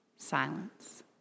silence